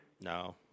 No